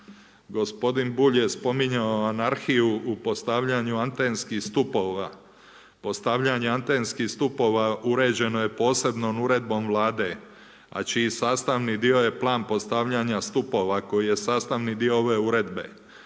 Gospodin Bulj je spominjao anarhiju u postavljanju atenskih stupova. Postavljanje atenskih stupova uređeno je posebnom uredbom Vlade, a čiji sastavni dio je plan postavljanja stupova koji je sastavni dio ove uredbe,